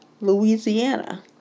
Louisiana